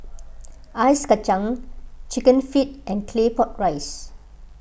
Ice Kacang Chicken Feet and Claypot Rice